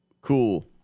Cool